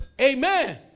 Amen